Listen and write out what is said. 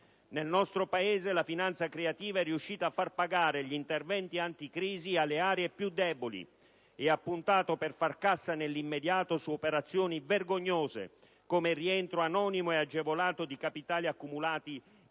Nel nostro Paese la finanza creativa è riuscita a far pagare gli interventi anticrisi alle aree più deboli e ha puntato per far cassa nell'immediato su operazioni vergognose, come il rientro anonimo ed agevolato di capitali accumulati illegalmente